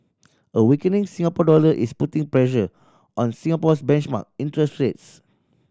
a weakening Singapore dollar is putting pressure on Singapore's benchmark interest rates